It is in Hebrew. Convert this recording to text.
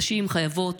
נשים חייבות